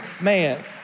Man